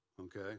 okay